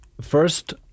first